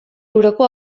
euroko